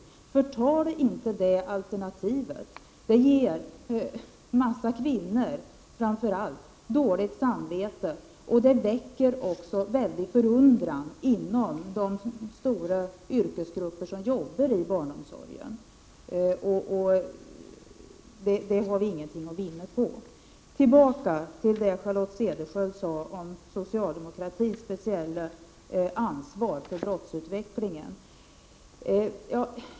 Om vi inte använder oss av det alternativet kommer många kvinnor framför allt att få dåligt samvete, och det kommer att väcka väldig förvåning inom de stora yrkesgrupper som arbetar i barnomsorgen. Det har vi inget att vinna på. Till sist vill jag återkomma till det Charlotte Cederschiöld sade om socialdemokratins speciella ansvar för brottsutvecklingen.